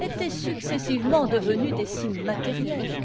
étaient successivement devenus des signes matériels